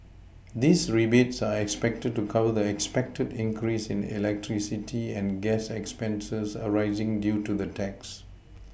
these rebates are expected to cover the expected increase in electricity and gas expenses arising due to the tax